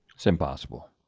so impossible.